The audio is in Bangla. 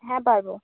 হ্যাঁ পারব